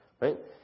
Right